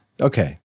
Okay